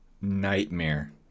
nightmare